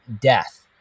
death